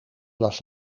was